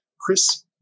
Chris